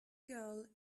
girl